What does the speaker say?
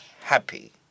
happy